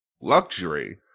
Luxury